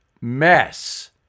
mess